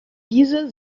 diese